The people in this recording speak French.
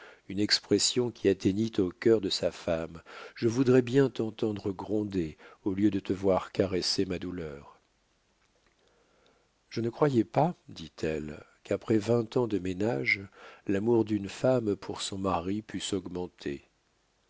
une expression qui atteignit au cœur de sa femme je voudrais bien t'entendre gronder au lieu de te voir caresser ma douleur je ne croyais pas dit-elle qu'après vingt ans de ménage l'amour d'une femme pour son mari pût s'augmenter